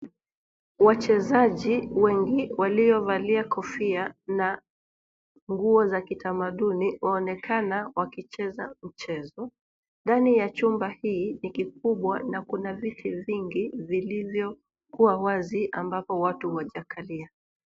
Wachezangi wengi walivalia kofia na nguo za kitamaduni, waonekana wakicheza mchezo. Ndani ya chumba hii.ni kikubwa